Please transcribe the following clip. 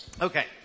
Okay